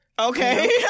Okay